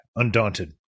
undaunted